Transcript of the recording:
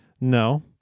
No